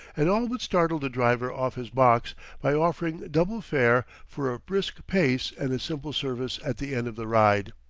and all but startled the driver off his box by offering double-fare for a brisk pace and a simple service at the end of the ride.